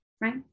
right